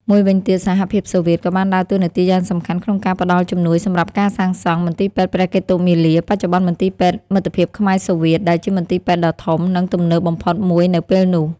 មួយវិញទៀត សហភាពសូវៀតក៏បានដើរតួនាទីយ៉ាងសំខាន់ក្នុងការផ្តល់ជំនួយសម្រាប់ការសាងសង់ មន្ទីរពេទ្យព្រះកេតុមាលា បច្ចុប្បន្នមន្ទីរពេទ្យមិត្តភាពខ្មែរ-សូវៀត ដែលជាមន្ទីរពេទ្យដ៏ធំ និងទំនើបបំផុតមួយនៅពេលនោះ។